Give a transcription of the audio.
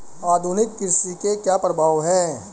आधुनिक कृषि के क्या प्रभाव हैं?